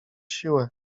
siłę